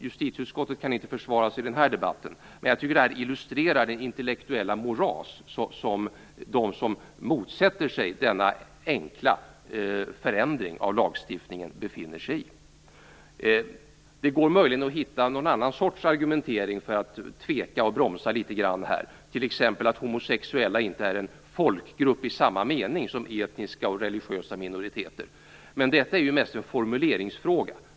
Justitieutskottet kan inte försvara sig i den här debatten, men jag tycker att detta illustrerar det intellektuella moras som de som motsätter sig denna enkla förändring av lagstiftningen befinner sig i. Det går möjligen att hitta någon annan sorts argumentering för att tveka och bromsa litet grand, t.ex. att homosexuella inte är en folkgrupp i samma mening som etniska och religiösa minoriteter. Men detta är mest en formuleringsfråga.